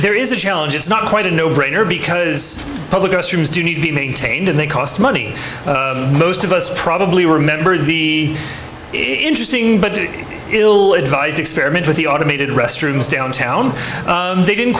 there is a challenge it's not quite a no brainer because public restrooms do need to be maintained and they cost money most of us probably remember the interesting but ill advised experiment with the automated restrooms downtown they didn't